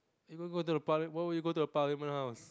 even go to the parli~ why will you go to the parliament house